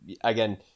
again